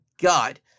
God